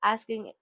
Asking